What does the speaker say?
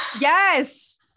Yes